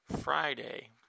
Friday